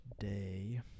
today